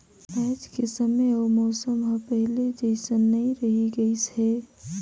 आयज के समे अउ मउसम हर पहिले जइसन नइ रही गइस हे